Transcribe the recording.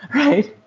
right?